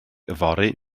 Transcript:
fory